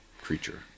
creature